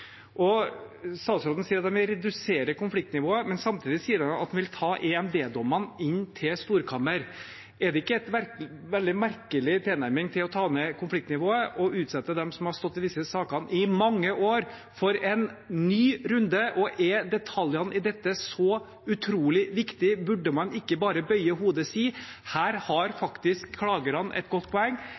Statsråden sier at han vil redusere konfliktnivået, men samtidig sier han at han vil ta EMD-dommene inn til storkammer. Er det ikke en veldig merkelig tilnærming til å ta ned konfliktnivået å utsette dem som har stått i disse sakene i mange år, for en ny runde? Og er detaljene i dette så utrolig viktige? Burde man ikke bare bøye hodet og si: Her har faktisk klagerne et godt poeng